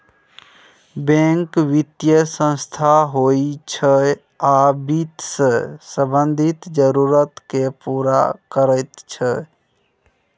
bank बित्तीय संस्थान होइ छै आ बित्त सँ संबंधित जरुरत केँ पुरा करैत छै